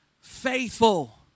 faithful